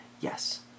Yes